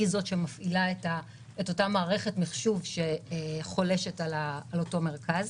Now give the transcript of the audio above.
והיא זאת שמפעילה את אותה מערכת מחשוב שחולשת על אותו מרכז.